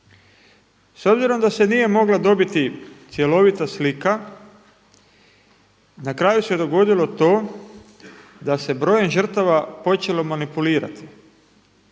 S obzirom da se nije moglo dobiti cjelovita slika, na kraju se dogodilo to da se brojem žrtava počelo manipulirati